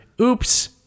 oops